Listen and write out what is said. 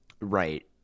Right